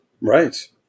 Right